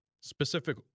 specific